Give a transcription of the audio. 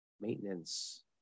maintenance